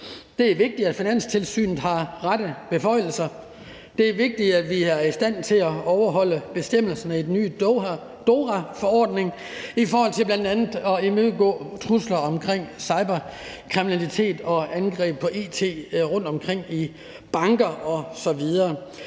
Det er vigtigt, at Finanstilsynet har de rette beføjelser, og det er vigtigt, at vi er i stand til at overholde bestemmelserne i den nye DORA-forordning i forhold til bl.a. at imødegå trusler fra cyberkriminalitet og angreb på it rundtomkring i banker osv.